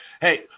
Hey